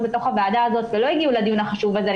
בוועדה הזאת ולא הגיעו לדיון החשוב הזה.